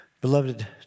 Beloved